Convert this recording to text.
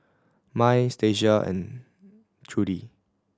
Mai Stacia and Trudi